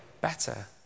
better